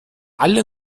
alle